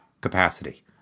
capacity